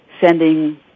sending